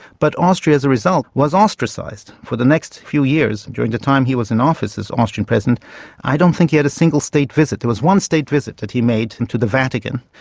but austria as a result was ostracised. for the next few years and during the time he was in office as austrian president i don't think he had a single state visit. there was one state visit that he made to the vatican.